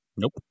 Nope